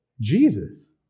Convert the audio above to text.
Jesus